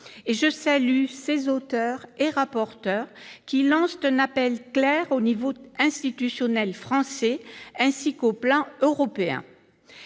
J'en salue les auteurs et rapporteurs, qui lancent un appel clair au niveau institutionnel français, ainsi qu'au plan européen.